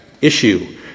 Issue